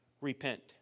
repent